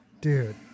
dude